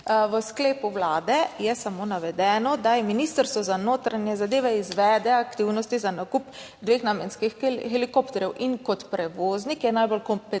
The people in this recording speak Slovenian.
v sklepu Vlade je samo navedeno, da Ministrstvo za notranje zadeve izvede aktivnosti za nakup dveh namenskih helikopterjev. Kot prevoznik je najbolj kompetentno